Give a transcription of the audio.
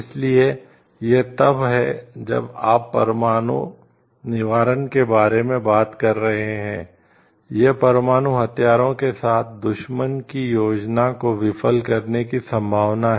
इसलिए यह तब है जब आप परमाणु निवारण के बारे में बात कर रहे हैं यह परमाणु हथियारों के साथ दुश्मन की योजना को विफल करने की संभावना है